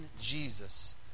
Jesus